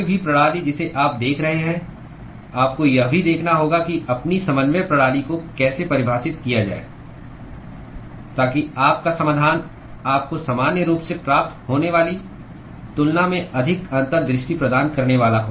कोई भी प्रणाली जिसे आप देख रहे हैं आपको यह भी देखना होगा कि अपनी समन्वय प्रणाली को कैसे परिभाषित किया जाए ताकि आपका समाधान आपको सामान्य रूप से प्राप्त होने वाली तुलना में अधिक अंतर्दृष्टि प्रदान करने वाला हो